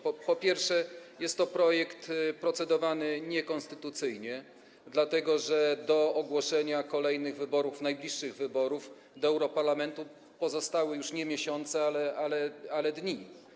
Po pierwsze, jest to projekt procedowany niekonstytucyjnie, dlatego że do ogłoszenia kolejnych wyborów, najbliższych wyborów do europarlamentu pozostały już nie miesiące, ale dni.